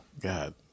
God